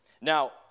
Now